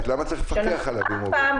אז למה צריך לפקח עליו אם הוא עובד?